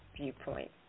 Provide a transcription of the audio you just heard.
viewpoint